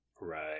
Right